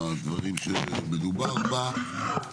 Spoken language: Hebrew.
הדברים שמדובר בה.